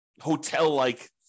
hotel-like